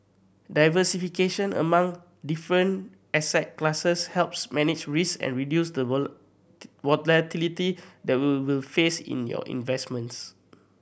diversification among different asset classes helps manage risk and reduce the volatility that we will face in your investments